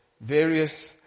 various